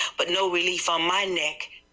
but no relief on my neck.